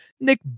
Nick